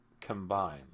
Combine